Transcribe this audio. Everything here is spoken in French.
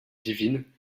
divine